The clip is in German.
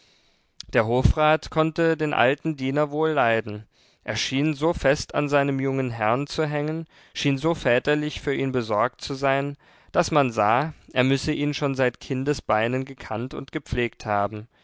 der hofrat konnte den alten diener wohl leiden er schien so fest an seinem jungen herrn zu hängen schien so väterlich für ihn besorgt zu sein daß man sah er müsse ihn schon seit kindesbeinen gekannt und gepflegt haben